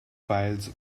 files